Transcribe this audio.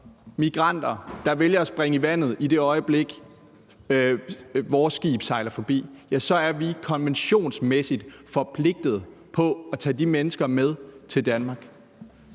migranter, der vælger at springe i vandet, i det øjeblik vores skib sejler forbi, er vi konventionsmæssigt forpligtet til at tage de mennesker med til Danmark.